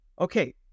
Okay